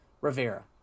Rivera